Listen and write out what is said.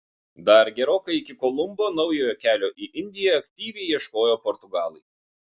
dar gerokai iki kolumbo naujojo kelio į indiją aktyviai ieškojo portugalai